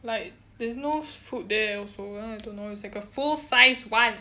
like there's no food there also so I don't know it's like a full size [one]